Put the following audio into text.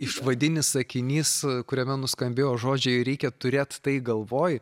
išvadinis sakinys kuriame nuskambėjo žodžiai reikia turėt tai galvoj